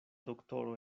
doktoro